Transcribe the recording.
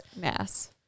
Mass